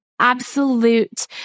absolute